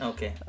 Okay